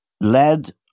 led